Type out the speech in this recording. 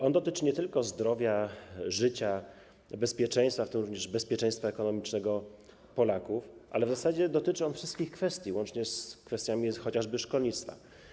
On dotyczy nie tylko zdrowia, życia, bezpieczeństwa, również bezpieczeństwa ekonomicznego Polaków, ale w zasadzie dotyczy on wszystkich kwestii, łącznie z kwestiami chociażby szkolnictwa.